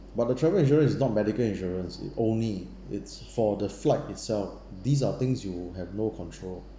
but the travel insurance is not medical insurance it only it's for the flight itself these are the things you have no control